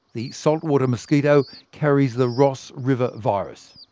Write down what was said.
the saltwater mosquito, carries the ross river virus.